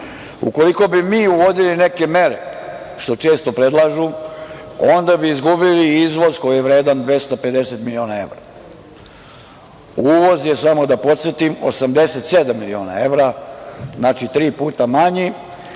nama. Ukoliko bi mi uvodili neke mere, što često predlažu, onda bi izgubili izvoz koji je vredan 250 miliona evra. Uvoz je, samo da posetim, 87 miliona evra, znači, tri puta manji